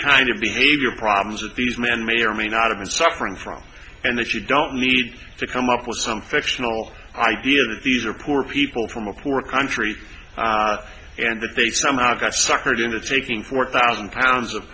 kind of behavior problems that these men may or may not have been suffering from and if you don't need to come up with some fictional idea that these are poor people from a poor country and that they somehow got suckered into taking four thousand pounds of